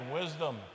wisdom